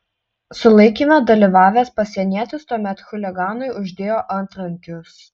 sulaikyme dalyvavęs pasienietis tuomet chuliganui uždėjo antrankius